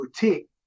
boutique